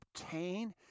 obtain